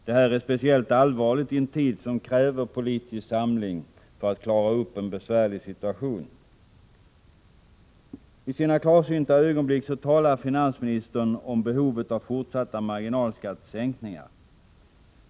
Detta är speciellt allvarligt i en tid som kräver politisk samling för att klara upp en besvärlig situation. I sina klarsynta ögonblick talar finansministern om behovet av fortsatta marginalskattesänkningar.